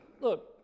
Look